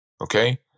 okay